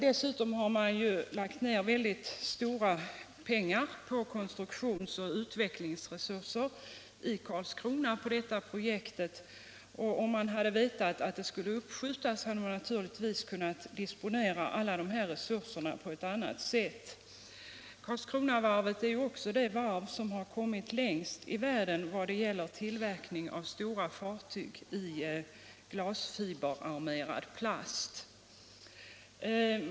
genomförande av Dessutom har väldigt stora pengar lagts ned på konstruktions och = viss beställning för utvecklingsresurser i Karlskrona för detta projekt. Om man hade vetat — marinen att det skulle uppskjutas hade man givetvis kunnat disponera alla dessa resurser på ett annat sätt. Karlskronavarvet är också det varv som kommit längst i världen när det gäller tillverkning av stora fartyg i glasfiberarmerad plast.